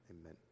Amen